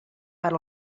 per